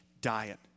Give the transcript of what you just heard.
diet